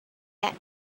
that